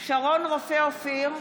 בהצבעה שרון רופא אופיר,